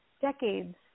decades